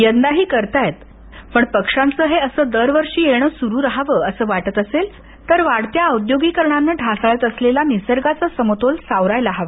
यंदाही जरताहेत पण या पक्ष्यांचं हे असं दरवर्षी येणं सुरू रहावं असं वाटत असेल वाढत्या औद्योगिकरणानं ढासळत असलेला निसर्गाचा समतोल सावरायला हवा